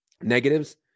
Negatives